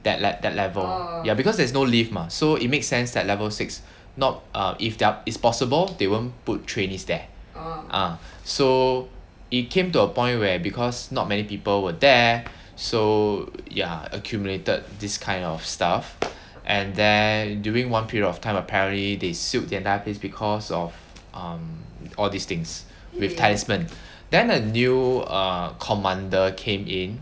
that lev~ that level ya because there's no lift mah so it makes sense that level six not err if there are is possible they won't put trainees there ah so it came to a point where because not many people were there so ya accumulated this kind of stuff and then during one period of time apparently they sealed the entire place because of all these things with talisman then a new err commander came in